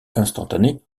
instantanée